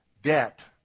debt